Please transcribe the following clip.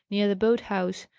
near the boat-house,